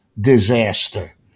disaster